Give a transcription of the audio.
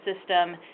system